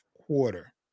quarter